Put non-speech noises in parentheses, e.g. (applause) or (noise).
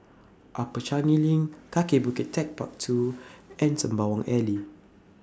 Upper Changi LINK Kaki Bukit Techpark two (noise) and Sembawang Alley